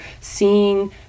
seeing